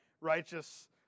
righteous